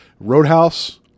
Roadhouse